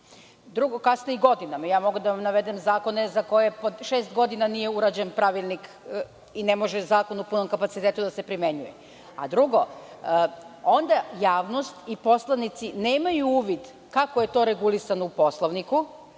Drugo, kasne i godinama. Mogu da vam navedem zakone za koje po šest godina nije urađen pravilnik i ne može zakon u punom kapacitetu da se primenjuje. Drugo, onda javnost i poslanici nemaju uvid kako je to regulisano u Poslovniku,